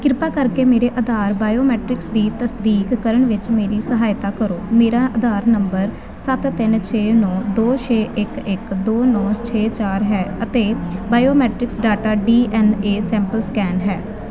ਕ੍ਰਿਪਾ ਕਰਕੇ ਮੇਰੇ ਆਧਾਰ ਬਾਇਓਮੀਟ੍ਰਿਕਸ ਦੀ ਤਸਦੀਕ ਕਰਨ ਵਿੱਚ ਮੇਰੀ ਸਹਾਇਤਾ ਕਰੋ ਮੇਰਾ ਆਧਾਰ ਨੰਬਰ ਸੱਤ ਤਿੰਨ ਛੇ ਨੌਂ ਦੋ ਛੇ ਇੱਕ ਇੱਕ ਦੋ ਨੌਂ ਛੇ ਚਾਰ ਹੈ ਅਤੇ biometrics data D N A sample scan ਹੈ